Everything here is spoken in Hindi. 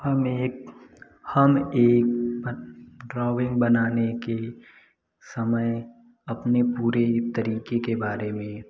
हम एक हम एक ड्रॉइंग बनाने के समय अपने पूरे तरीके के बारे में